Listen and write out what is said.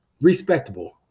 Respectable